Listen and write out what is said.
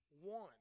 one